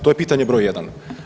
To je pitanje broj jedan.